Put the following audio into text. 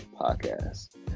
podcast